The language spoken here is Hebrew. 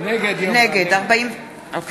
נגד פנינה תמנו-שטה, אינה